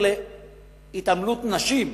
אפילו חדר להתעמלות נשים בבית-שאן,